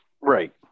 right